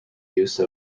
use